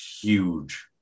huge